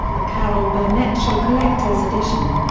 the carol burnett show collector's edition.